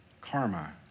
Karma